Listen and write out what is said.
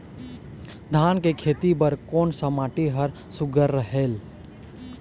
धान के खेती बर कोन सा माटी हर सुघ्घर रहेल?